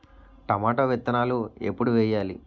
Tomato విత్తనాలు ఎప్పుడు వెయ్యాలి?